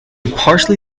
partially